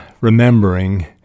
remembering